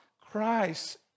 Christ